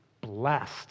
blessed